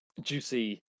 juicy